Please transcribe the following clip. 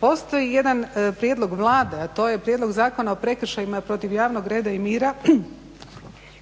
Postoji jedan prijedlog Vlade, a to je prijedlog Zakona o prekršajima protiv javnog reda i mira